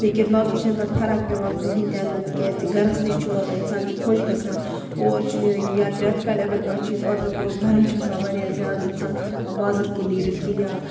لیکِن باقٕے چھِنہٕ تَتھ فرق پٮ۪وان کٔہیٖںی تہِ نہٕ تِکیٛازِ گَرس نِش چھُ واتان اِنسان چھُ خۄش گَژھان اور چھُنہٕ نیران کِہیٖنۍ یا رٮ۪تہٕ کالہِ اگر کانٛہہ چیٖز آرڈر کَرو گَرم چھُ آسان وارِیاہ زیادٕ اِنسان چھُنہٕ ہٮ۪کان بازر کُن نیٖرِتھ کِہیٖنۍ یا